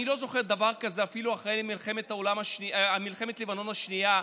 אני לא זוכר דבר כזה אפילו אחרי מלחמת לבנון השנייה,